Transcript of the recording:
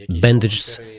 bandages